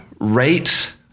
rate